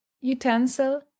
utensil